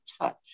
touch